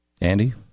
Andy